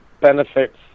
benefits